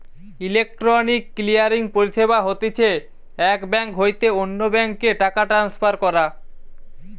electronic clearing পরিষেবা হতিছে এক বেঙ্ক হইতে অন্য বেঙ্ক এ টাকা ট্রান্সফার করা